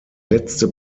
letzte